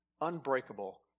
unbreakable